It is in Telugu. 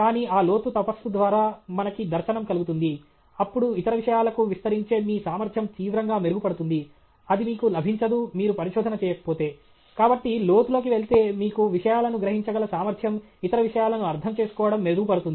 కానీ ఆ లోతు తపస్సు ద్వారా మనకి దర్శనం కలుగుతుంది అప్పుడు ఇతర విషయాలకు విస్తరించే మీ సామర్థ్యం తీవ్రంగా మెరుగుపడుతుంది అది మీకు లభించదు మీరు పరిశోధన చేయకపోతే కాబట్టి లోతులోకి వెళితే మీకు విషయాలను గ్రహించగల సామర్థ్యం ఇతర విషయాలను అర్థం చేసుకోవడం మెరుగుపడుతుంది